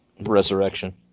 resurrection